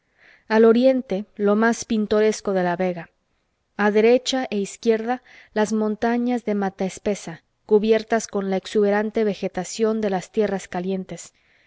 al oriente lo más pintoresco de la vega a derecha e izquierda las montañas de mata espesa cubiertas con la exuberante vegetación de las tierras calientes